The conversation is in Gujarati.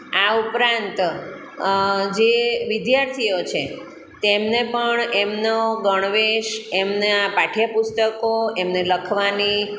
આ ઉપરાંત જે વિધાર્થીઓ છે તેમને પણ એમનો ગણવેશ એમના પાઠ્યપુસ્તકો એમને લખવાની